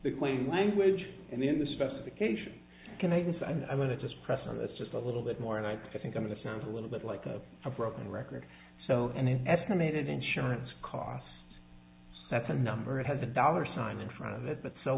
the claim language and then the specification canadians i'm going to just press on this just a little bit more and i think i'm going to sound a little bit like a broken record so an estimated insurance cost that's a number it has a dollar sign in front of it but so